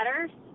letters